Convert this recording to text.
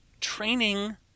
training